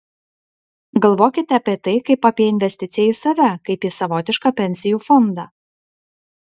galvokite apie tai kaip apie į investiciją į save kaip į savotišką pensijų fondą